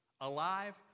alive